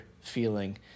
feeling